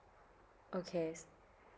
okay